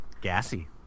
Gassy